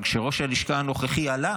אבל כשראש הלשכה הנוכחי עלה